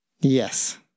Yes